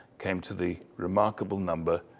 came to the remarkable number,